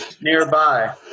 nearby